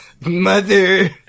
Mother